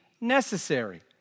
necessary